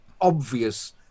obvious